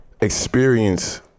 experience